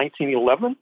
1911